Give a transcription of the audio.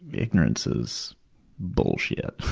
ignorance is bullshit.